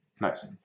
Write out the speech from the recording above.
Nice